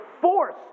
force